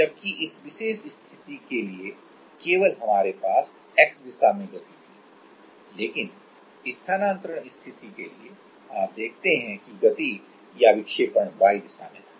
जबकि इस विशेष स्थिति में के लिए केवल हमारे पास X दिशा में गति थी लेकिन स्थानान्तरण स्थिति के लिए आप देखते हैं कि गति या विक्षेपण Y दिशा में था